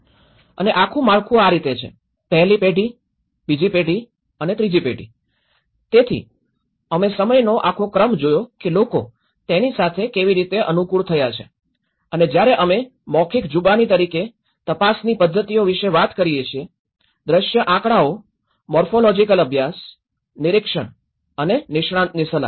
અને આખું માળખું આ રીતે છે પહેલી પેઢી બીજી પેઢી અને ત્રીજી પેઢી તેથી અમે સમયનો આખો ક્રમ જોયો કે લોકો તેની સાથે કેવી રીતે અનુકૂળ થયા છે અને જ્યારે અમે મૌખિક જુબાની તરીકે તપાસની પદ્ધતિઓ વિશે વાત કરીએ છીએ દ્રશ્ય આંકડાઓ મોર્ફોલોજિકલ અભ્યાસ નિરીક્ષણ અને નિષ્ણાતની સલાહ